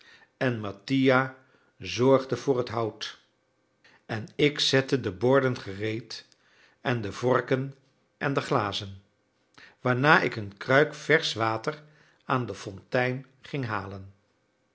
en mattia zorgde voor het hout en ik zette de borden gereed en de vorken en de glazen waarna ik een kruik versch water aan de fontein ging halen